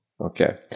Okay